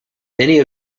many